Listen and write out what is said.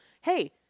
hey